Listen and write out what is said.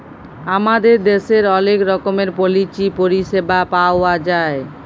আমাদের দ্যাশের অলেক রকমের পলিচি পরিছেবা পাউয়া যায়